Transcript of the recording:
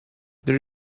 there